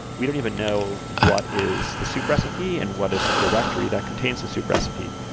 we don't even know what is the soup recipe and what is the directory that contains the soup recipe.